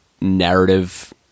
narrative